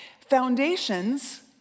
foundations